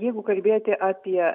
jeigu kalbėti apie